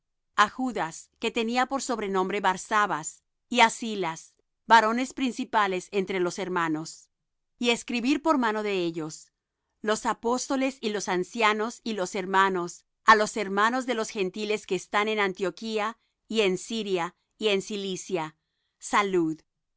á judas que tenía por sobrenombre barsabas y á silas varones principales entre los hermanos y escribir por mano de ellos los apóstoles y los ancianos y los hermanos á los hermanos de los gentiles que están en antioquía y en siria y en cilicia salud